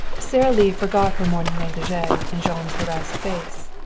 sara lee forgot her morning negligee in jean's harassed face.